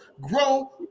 grow